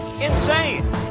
Insane